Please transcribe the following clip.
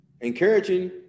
encouraging